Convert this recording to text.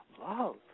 love